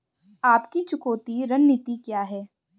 आपकी चुकौती रणनीति क्या है?